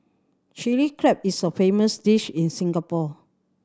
Chilli Crab is a famous dish in Singapore